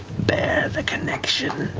bear the connection.